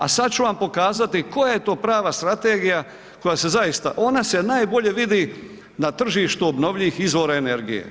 A sad ću vam pokazati koja je to prava strategija koja se zaista, ona se najbolje vidi na tržištu obnovljivih izvora energije.